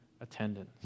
attendance